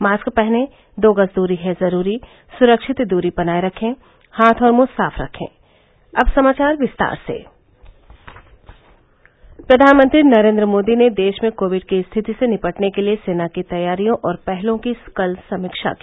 mask पहनें दो गज दूरी है जरूरी सुरक्षित दूरी बनाये रखें हाथ और मुंह साफ रखें प्रधानमंत्री नरेन्द्र मोदी ने देश में कोविड की स्थिति से निपटने के लिए सेना की तैयारियों और पहलों की कल समीक्षा की